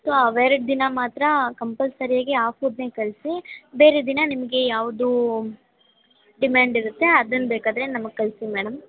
so ಅವೆರ್ಡು ದಿನ ಮಾತ್ರ ಕಂಪಲ್ಸರಿ ಆಗಿ ಆ ಫುಡ್ನೆ ಕಳಿಸಿ ಬೇರೆ ದಿನ ನಿಮಗೆ ಯಾವುದು ಡಿಮ್ಯಾಂಡ್ ಇರುತ್ತೆ ಅದನ್ನು ಬೇಕಾದರೆ ನಮಗೆ ಕಳಿಸಿ ಮೇಡಮ್